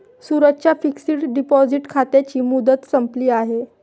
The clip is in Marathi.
सूरजच्या फिक्सड डिपॉझिट खात्याची मुदत संपली आहे